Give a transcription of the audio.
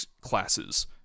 classes